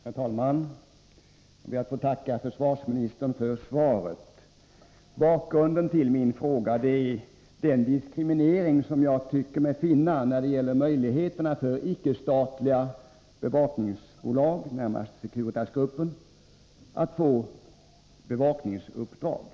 Herr talman! Jag ber att få tacka försvarsministern för svaret. Bakgrunden till min fråga är den diskriminering som jag tycker mig finna när det gäller möjligheterna för icke-statliga bevakningsbolag, närmast Securitas-gruppen, att få bevakningsuppdrag.